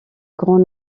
grand